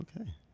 Okay